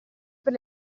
per